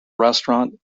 restaurant